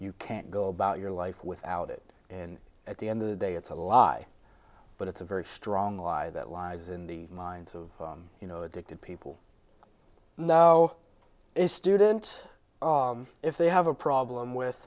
you can't go about your life without it and at the end of the day it's a lie but it's a very strong lie that lies in the minds of you know addicted people know students if they have a problem with